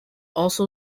also